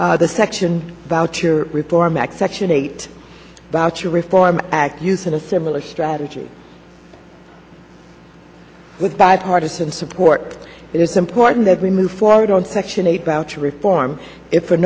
the section voucher reform act section eight voucher reform act using a similar strategy with bipartisan support it is important that we move forward on section eight voucher reform if for